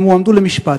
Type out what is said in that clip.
הם הועמדו למשפט.